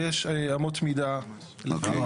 ויש אמות מידה לפיהן.